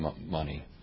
money